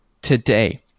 today